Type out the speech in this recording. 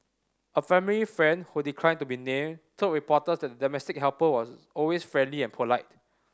a family friend who declined to be named told reporters that the domestic helper was always friendly and polite